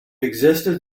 existed